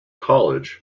college